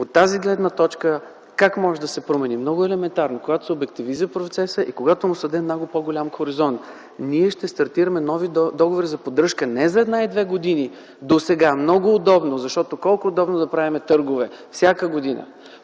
от тази гледна точка как може да се промени. Много е елементарно – когато се обективизира процесът и когато му се даде много по-голям хоризонт. Ние ще стартираме нови договори за поддръжка не за една и две години, както досега. Много удобно! Защото колко е удобно да правим търгове всяка година.